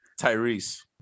Tyrese